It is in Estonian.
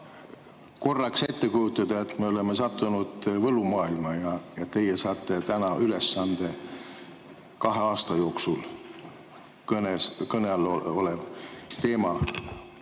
korraks ette kujutada, et me oleme sattunud võlumaailma ja teie saate täna ülesande kahe aasta jooksul kõne all olev teema